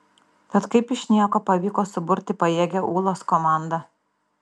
tad kaip iš nieko pavyko suburti pajėgią ūlos komandą